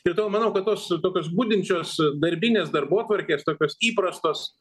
ir todėl manau kad tos tokios budinčios darbinės darbotvarkės tokios įprastos